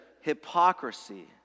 hypocrisy